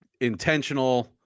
intentional